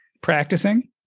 practicing